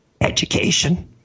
education